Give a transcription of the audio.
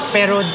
Pero